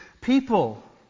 people